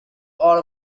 orr